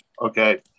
okay